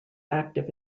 active